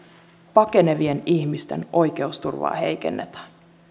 pakenevien ihmisten oikeusturvaa heikennetään